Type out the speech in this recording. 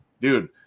Dude